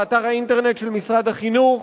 באתר האינטרנט של משרד החינוך,